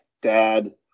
dad